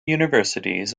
universities